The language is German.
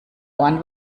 ohren